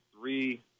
three